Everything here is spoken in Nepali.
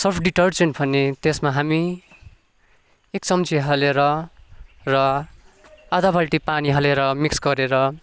सर्फ डिटर्जेन्ट भन्ने त्यसमा हामी एक चम्ची हालेर र आधा बाल्टी पानी हालेर मिक्स गरेर